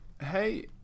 Hey